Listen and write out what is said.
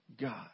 God